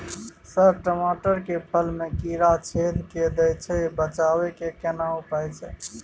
Sir टमाटर के फल में कीरा छेद के दैय छैय बचाबै के केना उपाय छैय?